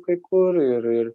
kai kur ir ir